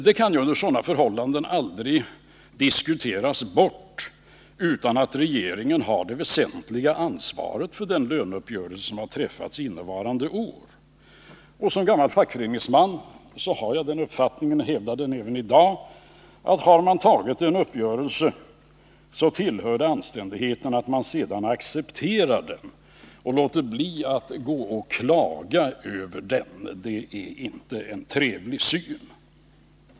Det kan under dessa förhållanden aldrig diskuteras bort att regeringen har det väsentliga ansvaret för den löneuppgörelse som har träffats innevarande år. Som gammal fackföreningsman har jag den uppfattningen — och jag hävdar den även i dag — att har man tagit en uppgörelse, så tillhör det anständigheten att man sedan också accepterar den och låter bli att gå och klaga över den — det är inte en trevlig syn.